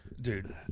dude